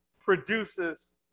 produces